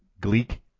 Gleek